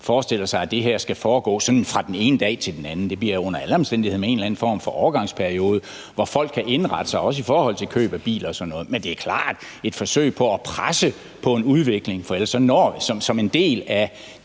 gjorde – at det her skal foregå sådan fra den ene dag til den anden. Det bliver under alle omstændigheder med en eller anden form for overgangsperiode, hvor folk kan indrette sig, også i forhold til køb af biler og sådan noget. Men det er klart et forsøg på at presse på en udvikling, som en del af